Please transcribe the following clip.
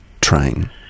train